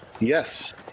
Yes